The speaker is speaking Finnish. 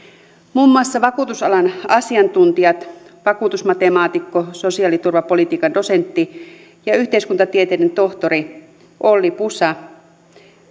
muun muassa vakuutusalan asiantuntijat vakuutusmatemaatikko sosiaaliturvapolitiikan dosentti ja yhteiskuntatieteiden tohtori olli pusa